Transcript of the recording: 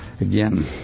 again